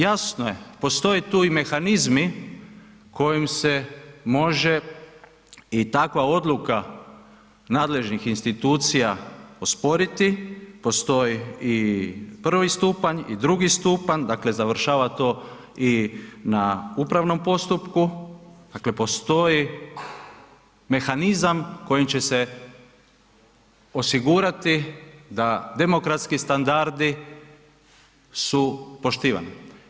Jasno je, postoje tu i mehanizmi kojim se može i takva odluka nadležnih institucija osporiti, postoji i prvi stupanj i drugi stupanj, dakle završava to i na upravnom postupku, dakle postoji mehanizam kojim će se osigurati da demokratski standardi su poštivani.